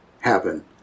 happen